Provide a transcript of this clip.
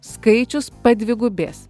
skaičius padvigubės